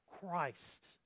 Christ